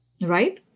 right